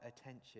attention